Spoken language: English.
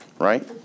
right